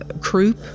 croup